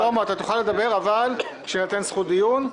שלמה, אתה תוכל לדבר, אבל כשתינתן זכות דיון,